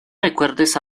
recuerdes